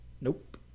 Nope